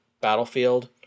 battlefield